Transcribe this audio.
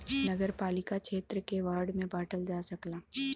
नगरपालिका क्षेत्र के वार्ड में बांटल जा सकला